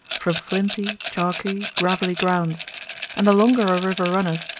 from flinty, chalky, gravelly grounds and the longer a river runneth,